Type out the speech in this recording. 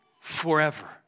Forever